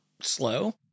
slow